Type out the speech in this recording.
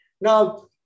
Now